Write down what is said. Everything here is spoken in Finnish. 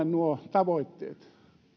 nuo vuoden kaksikymmentäkolme tavoitteet